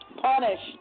punished